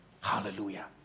Hallelujah